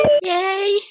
Yay